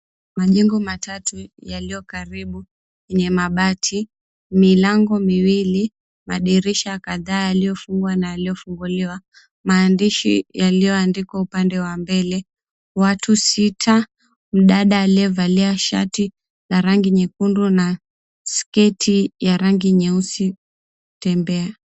Majengo matatu yaliyokaribu yenye mabati, milango miwili, madirisha kadhaa yaliofungwa na yaliofunguliwa, maandishi yaliyoandikwa upande wa mbele, watu sita mdada aliyevali shati ya rangi nyekundu na sketi ya rangi nyeusi akitembea.